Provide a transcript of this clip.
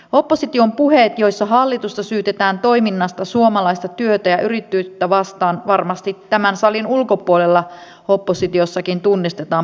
opposition puheet joissa hallitusta syytetään toiminnasta suomalaista työtä ja yrittäjyyttä vastaan varmasti tämän salin ulkopuolella oppositiossakin tunnistetaan paikkansapitämättömiksi